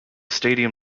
stadium